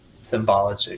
symbolic